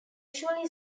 usually